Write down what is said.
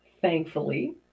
thankfully